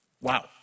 Wow